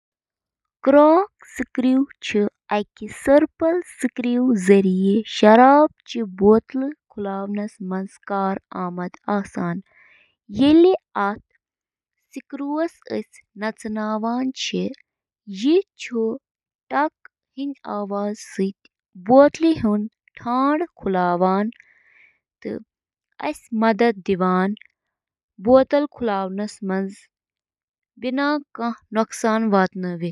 اکھ digital camera, یتھ digicam تہِ ونان چھِ، چھُ اکھ کیمرا یُس ڈیجیٹل میموری منٛز فوٹو رٹان چھُ۔ ایمِچ کٲم چِھ کُنہِ چیزٕ یا موضوع پیٹھہٕ لائٹ ایکہِ یا زیادٕہ لینزٕ کہِ ذریعہِ کیمراہس منز گزران۔ لینس چھِ گاشَس کیمراہَس منٛز ذخیرٕ کرنہٕ آمٕژ فلمہِ پٮ۪ٹھ توجہ دِوان۔